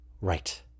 right